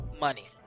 money